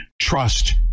trust